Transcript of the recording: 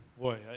Boy